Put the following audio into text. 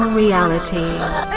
realities